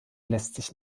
lässt